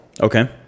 Okay